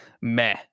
meh